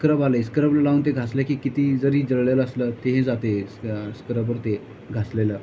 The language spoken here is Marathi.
स्क्रब आलं आहे स्क्रब लावून ते घासलं की किती जरी जळलेलं असलं ते ही जाते स्क्रबर ते घासलेलं